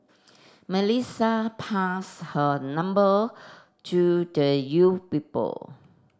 Melissa pass her number to the you people